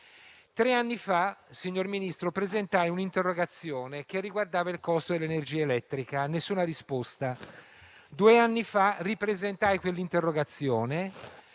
Tre anni fa, signor Ministro, presentai un'interrogazione che riguardava il costo dell'energia elettrica: nessuna risposta. Due anni fa ripresentai quell'interrogazione,